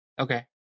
Okay